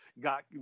got